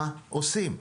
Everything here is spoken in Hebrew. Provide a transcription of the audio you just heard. מה עושים?